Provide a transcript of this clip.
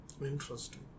Interesting